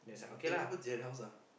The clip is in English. eh what happen to the other house ah